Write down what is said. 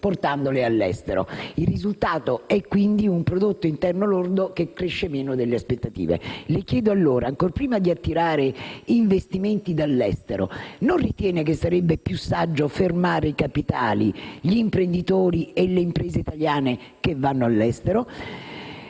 portandole all'estero. Il risultato è quindi un prodotto interno lordo che cresce meno delle aspettative. Signor Ministro, le chiedo allora: ancor prima di attirare investimenti dall'estero non ritiene che sarebbe più saggio fermare i capitali, gli imprenditori e le imprese italiane che vanno all'estero?